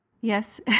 Yes